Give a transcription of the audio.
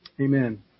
Amen